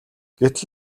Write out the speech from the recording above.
гэтэл